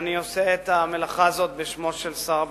אני עושה את המלאכה הזאת בשמו של שר הביטחון,